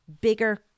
bigger